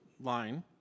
line